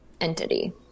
entity